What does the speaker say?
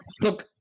look